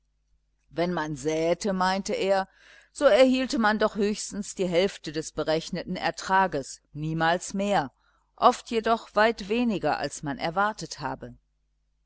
wenn man säte meinte er so erhielt man doch nur höchstens die hälfte des berechneten ertrages niemals mehr oft jedoch weit weniger als man erwartet habe